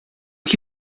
que